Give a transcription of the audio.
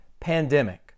pandemic